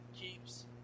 keeps